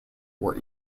were